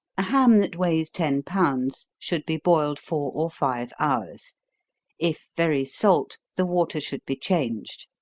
a ham that weighs ten pounds, should be boiled four or five hours if very salt, the water should be changed.